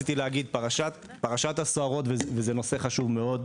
פרשת הסוהרות הוא נושא חשוב מאוד,